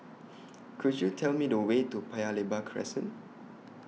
Could YOU Tell Me The Way to Paya Lebar Crescent